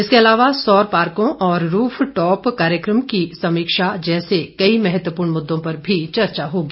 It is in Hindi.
इसके अलावा सौर पार्कों और रूफ टॉप कार्यक्रम की समीक्षा जैसे कई महत्वपूर्ण मुद्दों पर भी चर्चा होगी